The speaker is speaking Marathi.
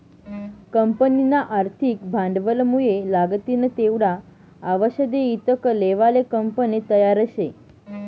कंपनीना आर्थिक भांडवलमुये लागतीन तेवढा आवषदे ईकत लेवाले कंपनी तयार शे